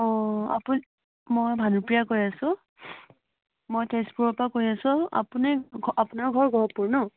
অ' আপুনি মই ভানুপ্ৰিয়াই কৈ আছোঁ মই তেজপুৰৰ পৰা কৈ আছোঁ আপুনি আপোনাৰ ঘৰ গহপুৰ ন